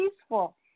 peaceful